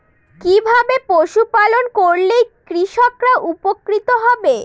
কিভাবে পশু পালন করলেই কৃষকরা উপকৃত হবে?